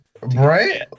Right